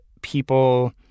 people